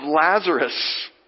Lazarus